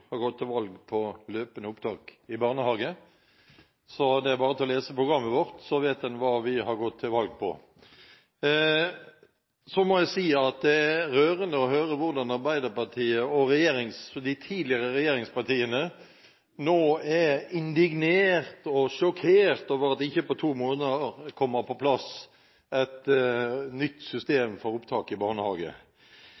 har gått til valg på. Så må jeg si at det er rørende å høre hvordan Arbeiderpartiet og de tidligere regjeringspartiene nå er indignert og sjokkert over at det ikke på to måneder kommer på plass et nytt